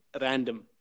random